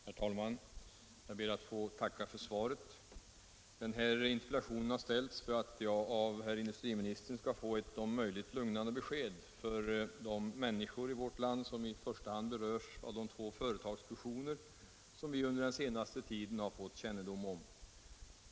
Herr talman! Jag ber att få tacka för svaret. Den här interpellationen har ställts för att jag av herr industriministern skall få ett om möjligt lugnande besked för de människor i vårt land som i första hand berörs av de två företagsfusioner som vi under den senaste tiden har fått kännedom om.